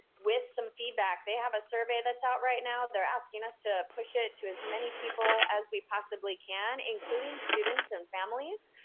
with some feedback. they have a survey that's out right now. they're asking us to push it to as many people as we possibly can, including students and families.